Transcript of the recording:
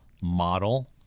model